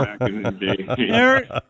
eric